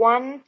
One